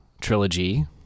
trilogy